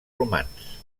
romans